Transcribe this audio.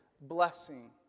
blessing